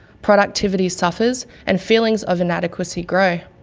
productivity suffers, and feelings of inadequacy grow.